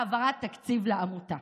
העברת תקציב לעמותה.